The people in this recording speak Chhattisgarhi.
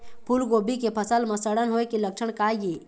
फूलगोभी के फसल म सड़न होय के लक्षण का ये?